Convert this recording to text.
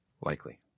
Likely